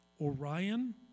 Orion